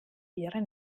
ihre